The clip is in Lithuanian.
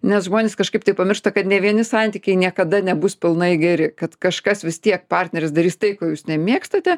nes žmonės kažkaip tai pamiršta kad nė vieni santykiai niekada nebus pilnai geri kad kažkas vis tiek partneris darys tai ko jūs nemėgstate